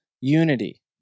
unity